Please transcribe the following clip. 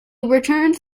returns